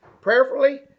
prayerfully